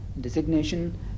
designation